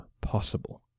possible